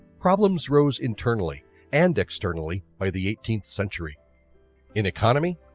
problems rose internally and externally by the eighteenth century in economy,